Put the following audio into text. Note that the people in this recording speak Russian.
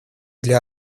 для